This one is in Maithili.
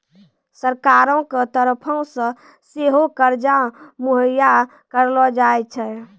सरकारो के तरफो से सेहो कर्जा मुहैय्या करलो जाय छै